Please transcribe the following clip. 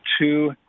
two